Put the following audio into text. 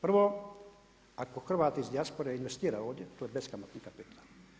Prvo ako Hrvat iz dijaspore investira ovdje, to je beskamatni kapital.